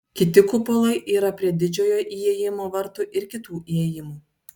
kiti kupolai yra prie didžiojo įėjimo vartų ir kitų įėjimų